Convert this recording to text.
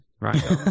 right